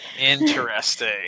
Interesting